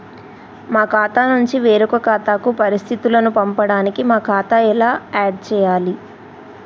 మా ఖాతా నుంచి వేరొక ఖాతాకు పరిస్థితులను పంపడానికి మా ఖాతా ఎలా ఆడ్ చేయాలి?